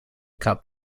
cup